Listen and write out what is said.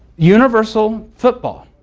universal football,